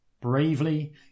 Bravely